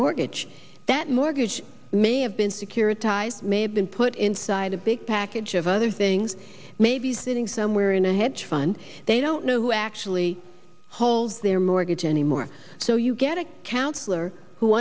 mortgage that mortgage may have been securitized may have been put inside a big package of other things maybe sitting somewhere in a hedge fund they don't know who actually holds their mortgage anymore so you get a counsellor who